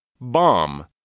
Bomb